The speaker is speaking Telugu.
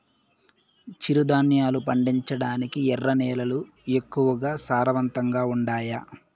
చిరుధాన్యాలు పండించటానికి ఎర్ర నేలలు ఎక్కువగా సారవంతంగా ఉండాయా